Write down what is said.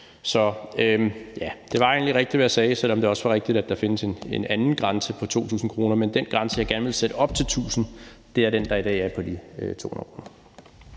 Så det var egentlig rigtigt, hvad jeg sagde, selv om det også var rigtigt, at der findes en anden grænse på 2.000 kr. Men den grænse, jeg gerne vil sætte op til 1.000 kr., er den, der i dag er på 200 kr.